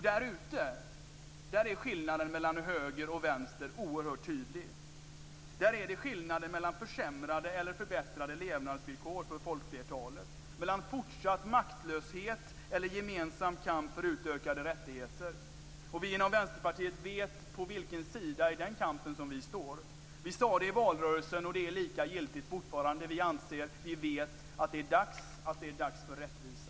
Därute är skillnaden mellan höger och vänster oerhört tydlig. Där är det fråga om skillnaden mellan försämrade eller förbättrade levnadsvillkor för folkflertalet, mellan fortsatt maktlöshet eller gemensam kamp för utökade rättigheter. Vi inom Vänsterpartiet vet på vilken sida i den kampen vi står. Vi sade det i valrörelsen, och det är lika giltigt fortfarande. Vi vet att det är dags för rättvisa.